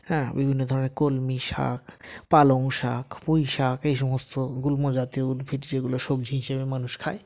হ্যাঁ বিভিন্ন ধরনের কলমি শাক পালং শাক পুঁই শাক এই সমস্ত গুল্ম জাতীয় উদ্ভিদ যেগুলো সবজি হিসেবে মানুষ খায়